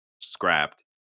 scrapped